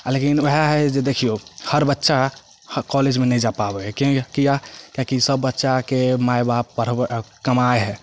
आ लेकिन ओहए हइ जे देखियौ हर बच्चा कॉलेज मे नहि जा पाबै हइ किए किएकि सब बच्चाके माय बाप पढ़ै कमाए हइ